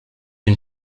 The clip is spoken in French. une